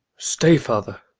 stay, father!